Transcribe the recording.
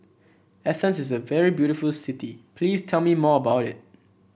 Athens is a very beautiful city please tell me more about it